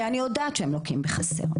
ואני יודעת שהם לוקים בחסר,